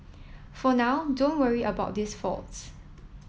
for now don't worry about these faults